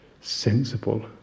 sensible